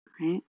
Right